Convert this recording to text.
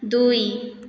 ଦୁଇ